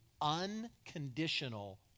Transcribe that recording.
unconditional